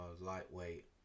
lightweight